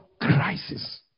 Crisis